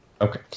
Okay